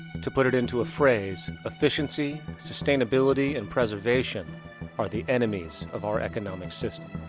to put it into a phrase efficiency, sustainability, and preservation are the enemies of our economic system.